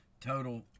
Total